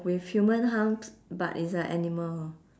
with humans arms but is a animal